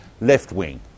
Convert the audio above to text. left-wing